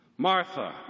Martha